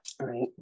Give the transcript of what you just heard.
right